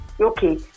okay